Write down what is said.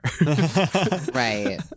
Right